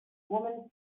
woman